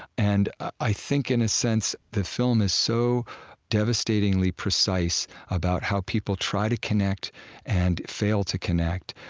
and i think, in a sense, the film is so devastatingly precise about how people try to connect and fail to connect,